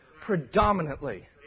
predominantly